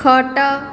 ଖଟ